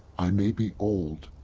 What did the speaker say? i may be old,